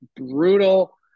brutal